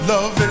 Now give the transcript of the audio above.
Love